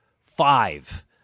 five